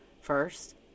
First